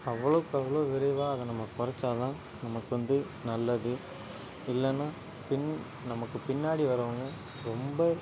அவ்வளோக்கு அவ்வளோ விரைவாக அதை நம்ம குறைச்சாதான் நமக்கு வந்து நல்லது இல்லைன்னா பின் நமக்கு பின்னாடி வரவங்க ரொம்ப